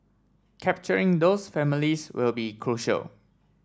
capturing those families will be crucial